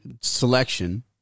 selection